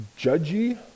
judgy